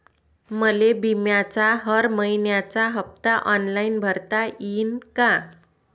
मले बिम्याचा हर मइन्याचा हप्ता ऑनलाईन भरता यीन का?